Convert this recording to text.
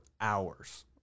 hours